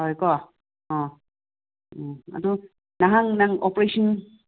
ꯍꯣꯏ ꯀꯣ ꯑꯥ ꯎꯝ ꯑꯗꯨ ꯅꯍꯥꯟ ꯅꯪ ꯑꯣꯄꯦꯔꯦꯁꯟ